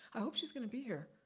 i hope she's gonna be here,